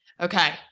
Okay